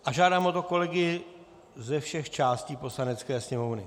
A žádám o to kolegy ze všech částí Poslanecké sněmovny.